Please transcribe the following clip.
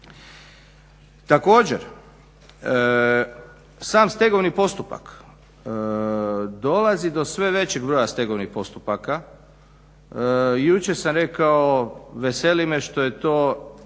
Također, sam stegovni postupak dolazi do sve većeg broja stegovnih postupaka. Jučer sam rekao veseli me što je to